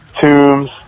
Tombs